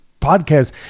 podcast